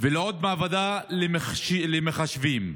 ושל מעבדת למחשבים,